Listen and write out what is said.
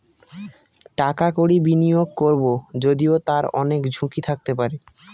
টাকা কড়ি বিনিয়োগ করবো যদিও তার অনেক ঝুঁকি থাকতে পারে